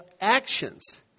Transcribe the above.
actions